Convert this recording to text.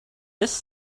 this